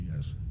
Yes